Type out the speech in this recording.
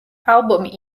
ალბომი